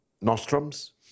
nostrums